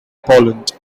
poland